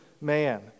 man